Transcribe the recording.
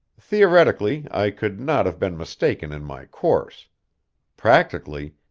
theoretically, i could not have been mistaken in my course practically,